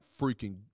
freaking